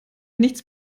nichts